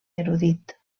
erudit